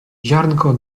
ziarnko